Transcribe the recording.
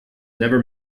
never